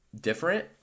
different